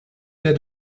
der